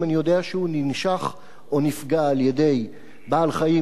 אם אני יודע שהוא ננשך או נפגע על-ידי בעל-חיים